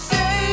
Say